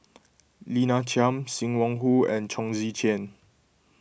Lina Chiam Sim Wong Hoo and Chong Tze Chien